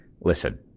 listen